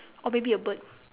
or maybe a bird